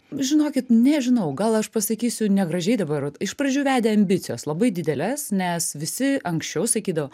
žinokit nežinau gal aš pasakysiu negražiai dabar iš pradžių vedė ambicijos labai didelės nes visi anksčiau sakydavo